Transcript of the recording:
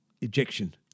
ejection